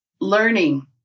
learning